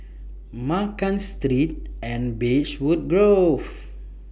Ma Kan three and Beechwood Grove